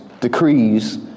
decrees